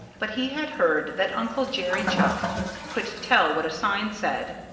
but he had heard that uncle jerry chuck could tell what a sign said.